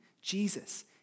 Jesus